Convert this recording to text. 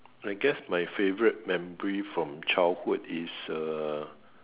I guess my favourite memory from childhood is uh